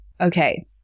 Okay